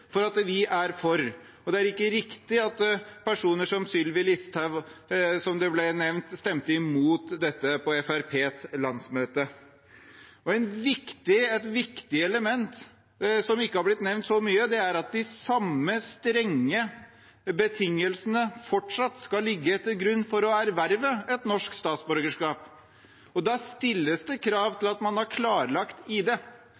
at vi er for, og det er ikke riktig som det ble nevnt, at personer som Sylvi Listhaug stemte imot dette på Fremskrittspartiets landsmøte. Et viktig element som ikke er blitt nevnt så mye, er at de samme strenge betingelsene fortsatt skal ligge til grunn for å erverve et norsk statsborgerskap. Da stilles det krav